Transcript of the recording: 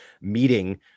meeting